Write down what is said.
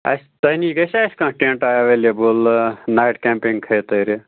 اَسہِ تۄہہِ نِش گژھیٛا اَسہِ کانٛہہ ٹٮ۪نٛٹ اٮ۪وٮ۪لیبٕل نایِٹ کٮ۪مپِنٛگ خٲطرٕ